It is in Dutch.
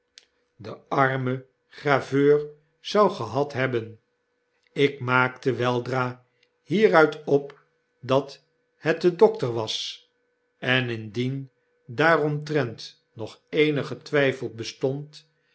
de zieke graveur amen graveur zou gehad hebben ik maakte weldra meruit op dat het de dokter was en indien daaromtrent nog eenige twyfel bestond